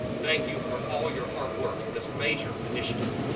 thank you for all your hard work in this major initiative.